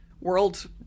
World